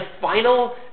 final